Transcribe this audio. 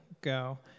Go